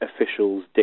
officials